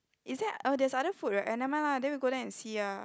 is there oh there's other food right ah nevermind lah then we go there and see ah